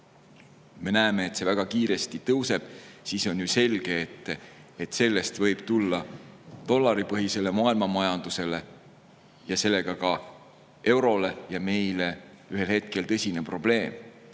me näeme, et see väga kiiresti tõuseb. On ju selge, et sellest võib tulla dollaripõhisele maailmamajandusele, sellega ka eurole ja meile ühel hetkel tõsine probleem. Nagu